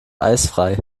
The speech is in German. eisfrei